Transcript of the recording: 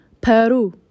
Peru